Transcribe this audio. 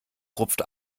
rupft